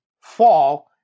fall